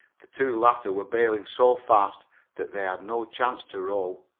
the two latter were bailing so fast that they had no chance to row.